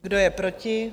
Kdo je proti?